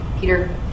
peter